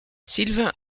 sylvain